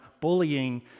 bullying